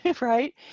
right